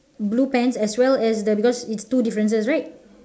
blue pants as well as the because it's two differences right